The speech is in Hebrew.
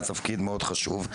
על תפקיד מאוד חשוב.